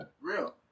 real